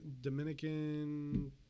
Dominican